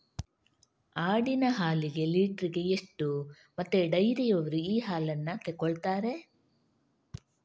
ಆಡಿನ ಹಾಲಿಗೆ ಲೀಟ್ರಿಗೆ ಎಷ್ಟು ಮತ್ತೆ ಡೈರಿಯವ್ರರು ಈ ಹಾಲನ್ನ ತೆಕೊಳ್ತಾರೆ?